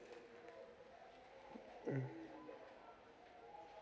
mm